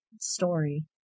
story